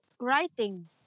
Writing